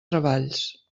treballs